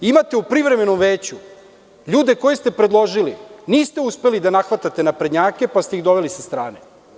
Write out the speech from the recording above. Imate u Privremenom veću ljude koje ste predložili, niste uspeli da nahvatate naprednjake pa ste ih doveli sa strane.